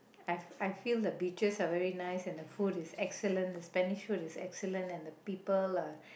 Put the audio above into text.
I I feel the beaches are very nice and the food is excellent the Spanish food is excellent and the people are